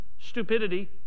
stupidity